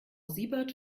siebert